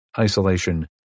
isolation